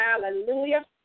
Hallelujah